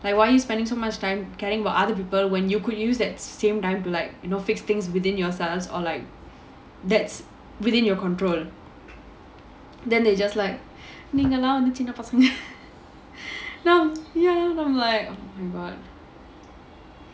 like why are you spending so much time caring about other people when you could use that same time to like fix things within yourself or like that's within your control then they just like நீங்கல்லாம் வந்து சின்ன பசங்க:neengalaam vanthu chinna pasanga